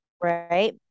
Right